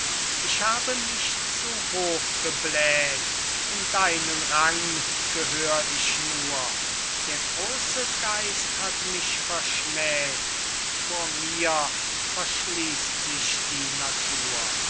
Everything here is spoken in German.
ich habe mich zu hoch gebläht in deinen rang gehör ich nur der große geist hat mich verschmäht vor mir verschließt sich die natur